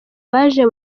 baje